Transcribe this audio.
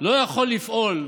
לא יכול לפעול,